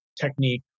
technique